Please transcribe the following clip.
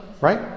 Right